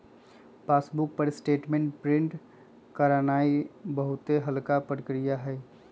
passbook पर statement print करानाइ बहुते हल्लुक प्रक्रिया हइ